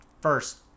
first